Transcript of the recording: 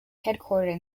headquartered